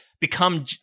become